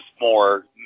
more